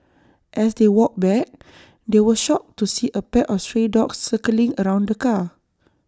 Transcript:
as they walked back they were shocked to see A pack of stray dogs circling around the car